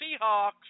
Seahawks